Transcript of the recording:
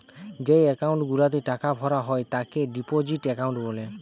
যেই একাউন্ট গুলাতে টাকা ভরা হয় তাকে ডিপোজিট একাউন্ট বলে